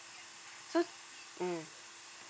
so mm